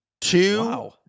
two